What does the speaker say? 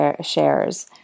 shares